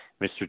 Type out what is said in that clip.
Mr